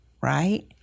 right